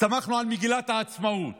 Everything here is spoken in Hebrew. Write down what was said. סמכנו על מגילת העצמאות.